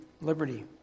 liberty